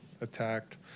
Attacked